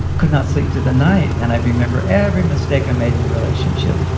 could not sleep through the night and i remember every mistake i made in the relationship.